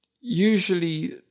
usually